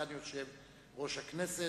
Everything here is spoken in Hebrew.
סגן יושב-ראש הכנסת,